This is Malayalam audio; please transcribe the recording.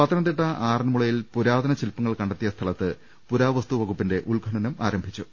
പത്തനംതിട്ട ആറൻമുളയിൽ പുരാതന ശില്പങ്ങൾ കണ്ടെത്തിയ സ്ഥലത്ത് പുരാവസ്തുവകുപ്പിന്റെ ഉദ്ഖനനം ആരംഭിച്ചു